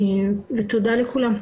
ותודה לכולם.